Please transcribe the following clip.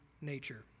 nature